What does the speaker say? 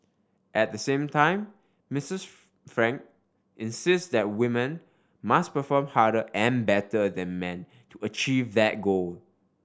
at the same time Mistress Frank insists that women must perform harder and better than men to achieve that goal